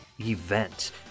event